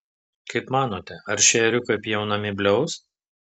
kaip manote ar šie ėriukai pjaunami bliaus